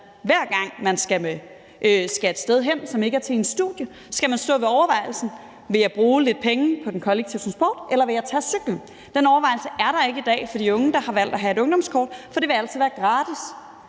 hver gang man skal et sted hen, som ikke er en uddannelsesinstitution, skal stå med overvejelsen: Vil jeg bruge penge på den kollektive transport, eller vil jeg tage cyklen? Den overvejelse er der ikke i dag for de unge, der har valgt at have et ungdomskort, for det vil altid være gratis